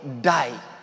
die